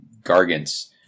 gargants